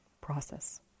process